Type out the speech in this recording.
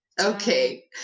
okay